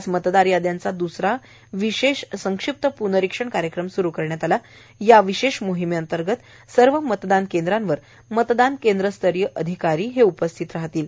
आज मतदार याद्यांचा द्सरा विशेष संक्षिप्त प्नरिक्षण कार्यक्रम सुरु करण्यात आला असून या विशेष मोहिमेअंतर्गत सर्व मतदान केंद्रावर मतदान केंद्रस्तरीय अधिकारी बीएलओ हे उपस्थित राहतील